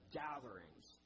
gatherings